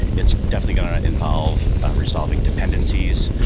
it's definitely going to involve resolving dependencies.